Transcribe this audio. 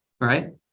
Right